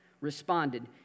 responded